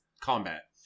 combat